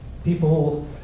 people